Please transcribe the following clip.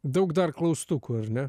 daug dar klaustukų ar ne